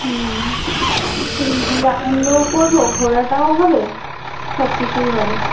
হুম আনন্দও করবো ঘোরাটাও হবে সব কিছুই হবে